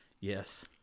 Yes